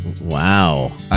Wow